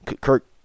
Kirk